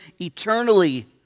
eternally